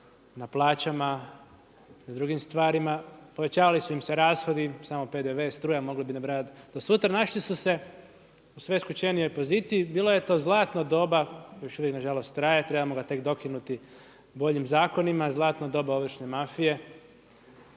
na plaćama, na drugim stvarima, povećavali su im se rashodi, samo PDV, struja, mogli bi nabrajati do sutra. Našli su se u sve skučenijoj poziciji, bilo je to zlatno doba, još uvijek nažalost traje, trebamo ga tek dokinuti boljim zakonima, zlatno doba ovršne mafije.